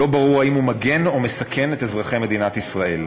לא ברור אם הוא מגן או מסכן את אזרחי מדינת ישראל.